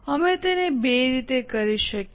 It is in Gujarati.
અમે તેને બે રીતે કરી શકીએ